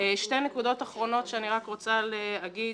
שתי נקודות אחרונות שאני רוצה להגיד,